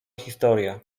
historia